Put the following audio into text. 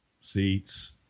seats